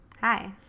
hi